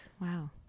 Wow